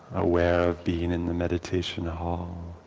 aware of being in the meditation hall.